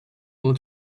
will